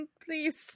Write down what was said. Please